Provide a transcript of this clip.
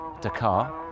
Dakar